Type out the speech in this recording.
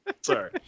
sorry